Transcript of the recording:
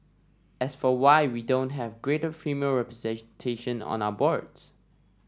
as for why we don't have greater female representation on our boards